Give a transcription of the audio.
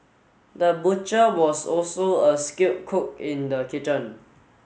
the butcher was also a skilled cook in the kitchen